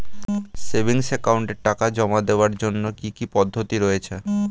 Savings একাউন্টে টাকা জমা দেওয়ার জন্য কি কি পদ্ধতি রয়েছে?